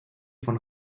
von